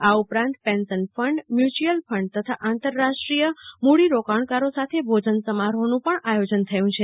આ ઉપરાંત pension fund mutual fund તથા આંતરરાષ્ટ્રીય મૂડીરોકાણકારો સાથે ભોજન સમારોહનું પણ આયોજન થયું છે